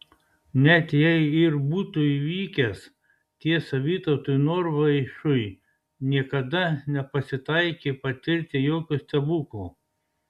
net jei ir būtų įvykęs tiesa vytautui norvaišui niekada nepasitaikė patirti jokio stebuklo